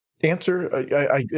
answer